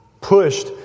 pushed